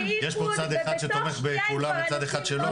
לא הבנתי יש פה צד אחד שתומך בכולם וצד אחד שלא.